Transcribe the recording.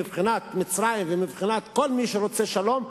מבחינת מצרים ומבחינת כל מי שרוצה שלום,